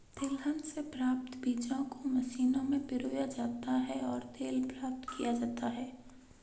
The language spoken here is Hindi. तिलहन से प्राप्त बीजों को मशीनों में पिरोया जाता है और तेल प्राप्त किया जाता है